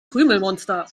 krümelmonster